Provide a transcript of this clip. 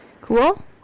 cool